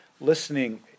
listening